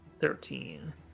Thirteen